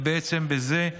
ובעצם בזה הוא